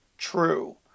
True